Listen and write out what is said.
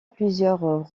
plusieurs